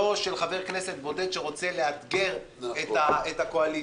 לא של חבר כנסת בודד שרוצה לאתגר את הקואליציה.